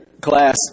class